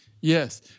Yes